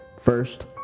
First